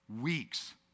weeks